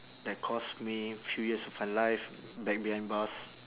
that cost me few years of my life back behind bars